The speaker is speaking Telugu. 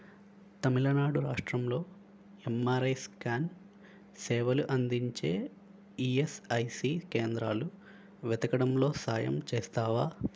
తమిళనాడు రాష్ట్రంలో ఎమ్ఆర్ఐ స్క్యాన్ సేవలు అందించే ఈఎస్ఐసి కేంద్రాలు వెతకడంలో సాయం చేస్తావా